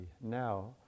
now